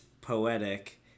poetic